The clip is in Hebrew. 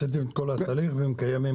כלומר, עשיתם את כל התהליך וזה קיים?